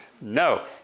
No